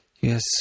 Yes